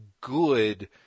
good